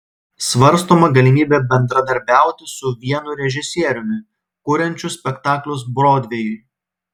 svarstoma galimybė bendradarbiauti su vienu režisieriumi kuriančiu spektaklius brodvėjui